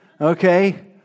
Okay